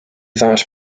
that